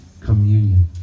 communion